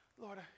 Lord